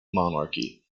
monarchy